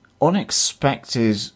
unexpected